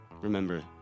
Remember